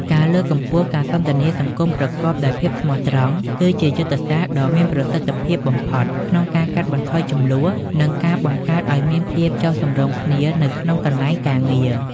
ការលើកកម្ពស់ការសន្ទនាសង្គមប្រកបដោយភាពស្មោះត្រង់ គឺជាយុទ្ធសាស្ត្រដ៏មានប្រសិទ្ធភាពបំផុតក្នុងការកាត់បន្ថយជម្លោះ និងការបង្កើតឱ្យមានភាពចុះសម្រុងគ្នានៅក្នុងកន្លែងការងារ។